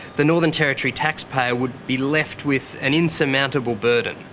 the northern territory taxpayer would be left with an insurmountable burden.